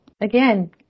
Again